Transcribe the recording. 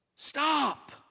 Stop